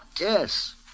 Yes